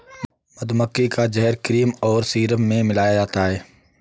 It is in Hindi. मधुमक्खी का जहर क्रीम और सीरम में मिलाया जाता है